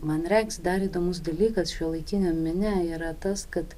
man regis dar įdomus dalykas šiuolaikiniam mene yra tas kad